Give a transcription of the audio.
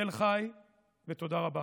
תל חי ותודה רבה.